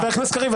חבר הכנסת קריב.